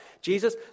Jesus